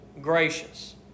gracious